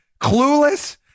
clueless